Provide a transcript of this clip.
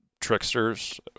tricksters